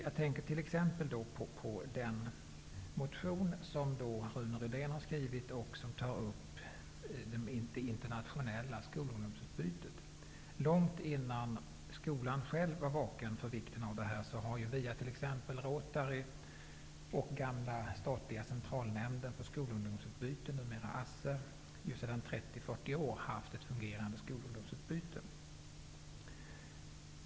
Jag tänker t.ex. på den av Rune Rydén väckta motionen om det internationella skolungdomsutbytet. Långt innan skolan själv var vaken för vikten av det här har det t.ex. via Rotary och den gamla statliga Centralnämnden för skolungdomsutbyte sedan 30--40 år tillbaka funnits ett fungerande skolungdomsutbyte.